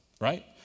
right